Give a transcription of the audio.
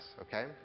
okay